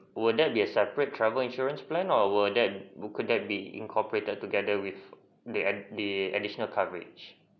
would that be a separate travel insurance plan or would that that be incorporated together with the add~ the additional coverage